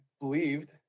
believed